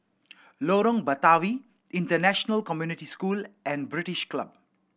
Lorong Batawi International Community School and British Club